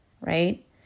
right